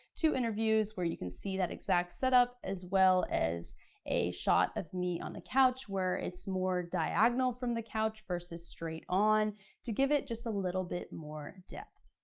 two interviews where you can see that exact set up as well as a shot of me on the couch where it's more diagonal from the couch versus straight on to give it just a little bit more depth.